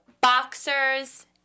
boxers